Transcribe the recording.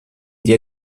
der